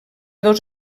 dos